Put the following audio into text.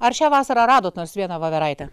ar šią vasarą radot nors vieną voveraitę